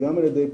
גם על ידי פרופ'